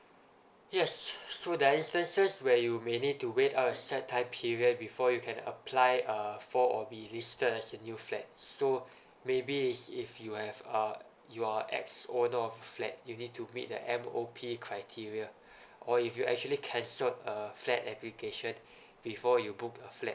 yes so there are instances where you may need to wait uh set time period before you can apply uh for or be listed as new flat so maybe is if you have uh you are ex owner of flat you need to meet the M_O_P criteria or if you actually cancelled a flat application before you book a flat